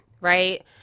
right